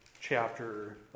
chapter